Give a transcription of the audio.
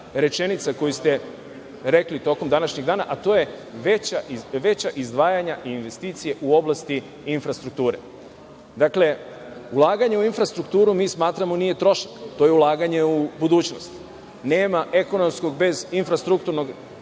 rečenica koju ste rekli tokom današnjeg dana, a to je – veća izdvajanja i investicije u oblasti infrastrukture. Dakle, ulaganje u infrastrukturu, mi smatramo, nije trošak. To je ulaganje u budućnost. Nema ekonomskog bez infrastrukturnog